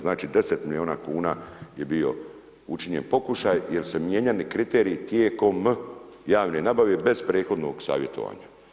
Znači 10 milijuna kuna je bio učinjen pokušaj, jer su mijenjani kriteriji tijekom javne nabave bez prethodnog savjetovanja.